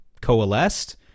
coalesced